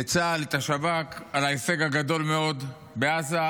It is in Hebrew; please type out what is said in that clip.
את צה"ל ואת השב"כ על ההישג הגדול-מאוד בעזה,